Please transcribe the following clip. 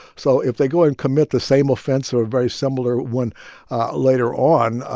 so if they go and commit the same offense or a very similar one later on,